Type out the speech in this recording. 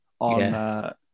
on